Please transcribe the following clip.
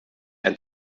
ein